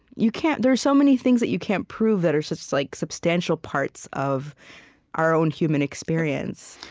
you can't there are so many things that you can't prove that are so just like substantial parts of our own human experience.